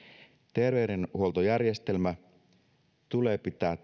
terveydenhuoltojärjestelmä tulee pitää